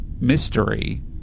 mystery